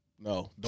No